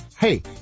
Hey